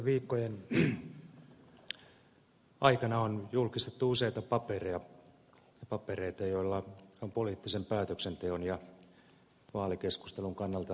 viimeisten viikkojen aikana on julkistettu useita papereita joilla on poliittisen päätöksenteon ja vaalikeskustelun kannalta erinomaisen suuri merkitys